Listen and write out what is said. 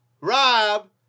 Rob